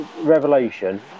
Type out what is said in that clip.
Revelation